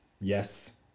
Yes